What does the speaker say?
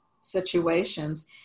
situations